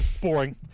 Boring